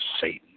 Satan